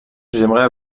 j’aimerais